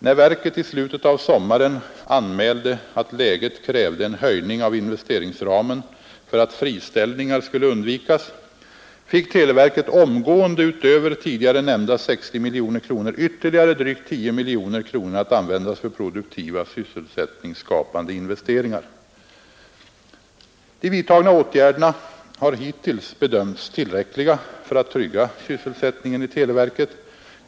När verket i slutet av sommaren anmälde att läget krävde en vidgning av investeringsramen för att friställningar skulle undvikas, fick televerket omgående utöver tidigare nämnda 60 miljoner kronor ytterligare drygt 10 miljoner kronor att användas för produktiva, sysselsättningsskapande investeringar. De vidtagna åtgärderna har hittills bedömts tillräckliga för att trygga sysselsättningen i televerket.